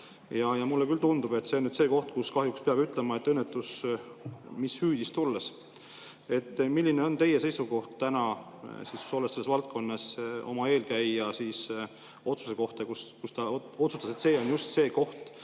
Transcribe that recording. Mulle küll tundub, et see on nüüd see koht, kus kahjuks peab ütlema, et õnnetus hüüdis tulles. Milline on teie seisukoht täna, olles selles valdkonnas, oma eelkäija otsuse kohta, kui ta otsustas, et see on just see koht,